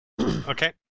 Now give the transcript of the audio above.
Okay